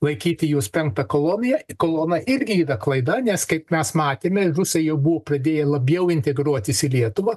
laikyti juos penkta kolonija kolona irgi yra klaida nes kaip mes matėme rusai jau buvo pradėję labiau integruotis į lietuvą